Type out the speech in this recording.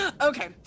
okay